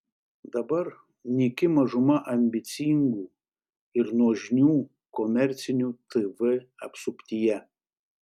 dabar nyki mažuma ambicingų ir nuožmių komercinių tv apsuptyje